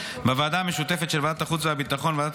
בוועדה המשותפת של ועדת החוץ והביטחון וועדת